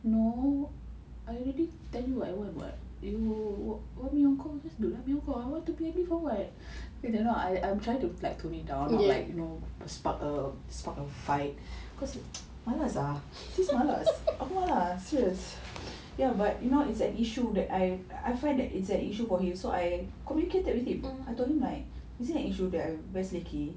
no I already tell you [what] I want what you want mee hong kong just do lah mee hong kong I want to blame you for what you know I I'm trying to like tone it down like you know the spark a spark a fight cause malas ah sis malas aku malas serious ya but you know it's an issue that I I find that it's an issue for him so I communicated with him I told him like is it an issue that I wear selekeh